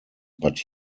but